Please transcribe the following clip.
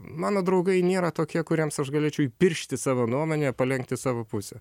mano draugai nėra tokie kuriems aš galėčiau įpiršti savo nuomonę palenkt į savo pusę